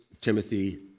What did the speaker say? Timothy